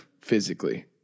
physically